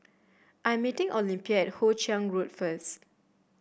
I'm meeting Olympia at Hoe Chiang Road first